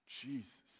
Jesus